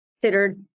considered